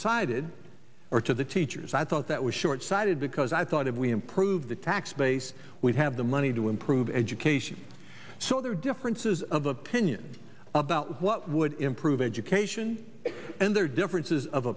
sighted or to the teachers i thought that was shortsighted because i thought if we improve the tax base we have the money to improve education so there are differences of opinion about what would improve education and there are differences of